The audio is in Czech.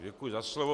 Děkuji za slovo.